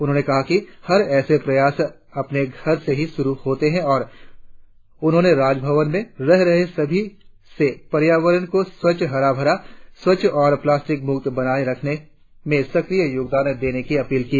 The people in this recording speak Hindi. उन्होंने कहा कि हर ऐसे प्रयास अपने घर से ही शुरु होते है और उन्होंने राजभवन में रह रहे सभी से पर्यावरण को स्वच्छ हरा भरा स्वच्छ और प्लास्टिक मुक्त बनाए रखने में सक्रिय योगदान देने की अपील की